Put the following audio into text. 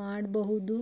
ಮಾಡಬಹುದು?